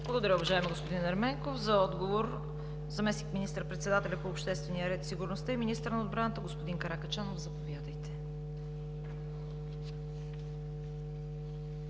Благодаря, уважаеми господин Ерменков. За отговор – заместник министър-председателят по обществения ред и сигурността и министър на отбраната господин Каракачанов. Заповядайте.